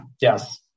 Yes